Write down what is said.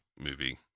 movie